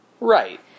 Right